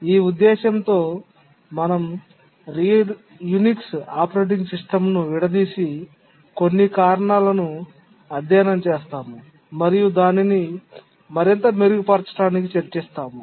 ఈ ఉద్దేశ్యంతో మనం యునిక్స్ ఆపరేటింగ్ సిస్టమ్ను విడదీసి కొన్ని కారణాలను అధ్యయనం చేస్తాము మరియు దానిని మరింత మెరుగుపరచడానికి చర్చిస్తాము